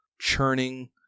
churning